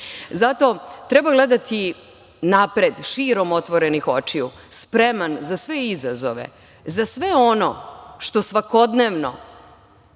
treba gledati napred, širom otvorenih očiju, spreman za sve izazove, za sve ono što svakodnevno